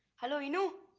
hello enoo.